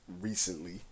recently